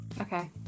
okay